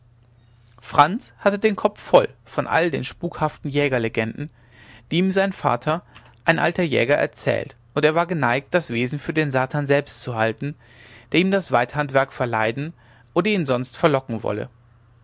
franz hatte den kopf voll von all den spukhaften jägerlegenden die ihm sein vater ein alter jäger erzählt und er war geneigt das wesen für den satan selbst zu halten der ihm das weidhandwerk verleiden oder ihn sonst verlocken wolle